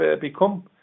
become